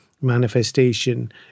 manifestation